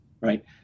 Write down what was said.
Right